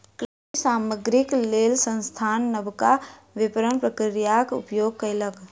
कृषि सामग्रीक लेल संस्थान नबका विपरण प्रक्रियाक उपयोग कयलक